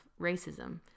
racism